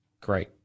Great